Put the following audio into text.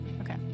Okay